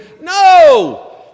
no